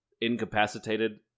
incapacitated